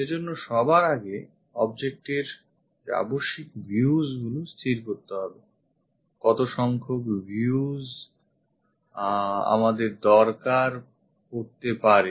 সেজন্য সবার আগে object এর আবশ্যিক views স্থির করতে হবে কতো সংখ্যক views আমাদের দরকার পড়তে পারে